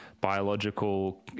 biological